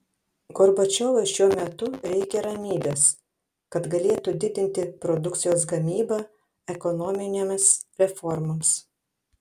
gorbačiovui šiuo metu reikia ramybės kad galėtų didinti produkcijos gamybą ekonominėms reformoms